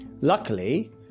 Luckily